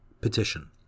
Petition